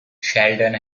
shelton